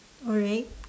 alright